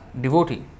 devotee